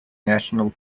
national